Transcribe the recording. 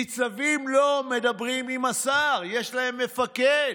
ניצבים לא מדברים עם השר, יש להם מפקד.